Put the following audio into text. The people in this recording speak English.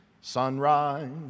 Sunrise